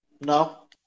No